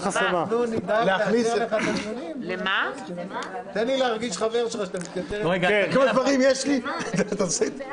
ארבל, דיוני הוועדות ביום רביעי בבוקר